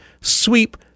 sweep